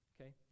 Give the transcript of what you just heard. okay